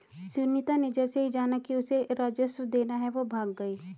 सुनीता ने जैसे ही जाना कि उसे राजस्व देना है वो भाग गई